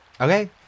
Okay